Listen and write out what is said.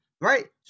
right